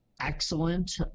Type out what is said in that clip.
excellent